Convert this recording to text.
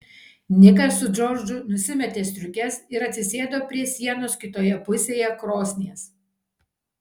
nikas su džordžu nusimetė striukes ir atsisėdo prie sienos kitoje pusėje krosnies